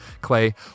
Clay